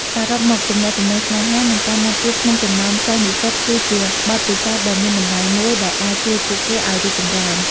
សរុបមក ទំនាក់ទំនងស្នេហា និងការណាត់ជួបក្នុងចំណោមសិស្សនិស្សិតគឺជាបទពិសោធន៍ដ៏មានតម្លៃមួយដែលអាចជួយពួកគេឱ្យរីកចម្រើន។